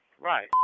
Right